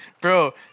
Bro